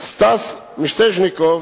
סטס מיסז'ניקוב,